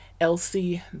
Elsie